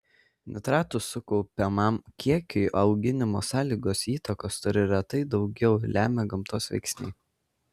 nitratų sukaupiamam kiekiui auginimo sąlygos įtakos turi retai daugiau lemia gamtos veiksniai